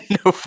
no